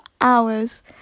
hours